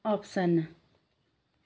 अप्सना